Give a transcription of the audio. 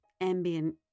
ambient